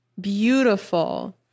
beautiful